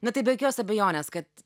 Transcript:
nu tai be jokios abejonės kad